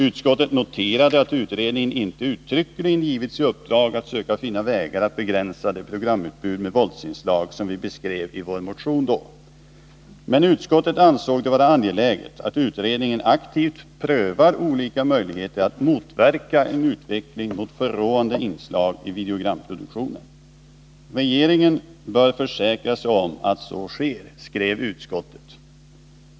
Utskottet noterade att utredningen inte uttryckligen givits i uppdrag att söka finna vägar att begränsa det programutbud med våldsinslag som vi beskrev i vår motion. Men utskottet ansåg det vara angeläget att utredningen aktivt prövar olika möjligheter att motverka en utveckling mot förråande inslag i videogramproduktionen. Regeringen bör försäkra sig om att så sker, skrev utskottet.